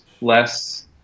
less